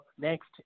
next